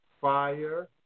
fire